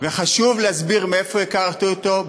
וחשוב להסביר מאיפה הכרתי אותו,